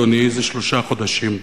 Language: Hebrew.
רבעון, אדוני, זה שלושה חודשים,